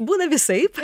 būna visaip